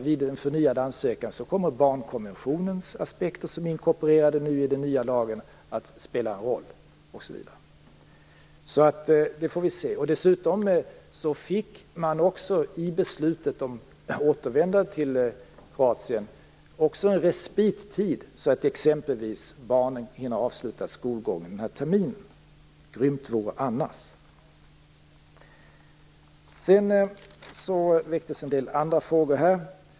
Vid en förnyad ansökan kommer barnkonventionens aspekter som nu är inkorporerade i den nya lagen att spela roll. Dessutom fick man i beslutet om att återvända till Kroatien en respittid så att t.ex. barnen hinner avsluta skolgången den här terminen - grymt vore det annars. Det väcktes även en del andra frågor här.